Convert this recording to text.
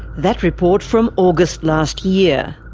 that report from august last year.